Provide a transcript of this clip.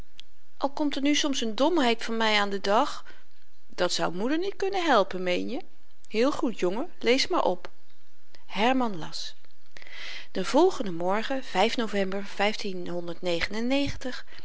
al komt er nu soms n domheid van my aan den dag dat zou moeder niet kunnen helpen meen je heel goed jongen lees maar op herman las den volgenden morgen